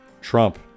Trump